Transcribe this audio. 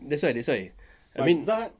that's why that's why I mean